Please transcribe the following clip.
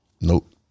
nope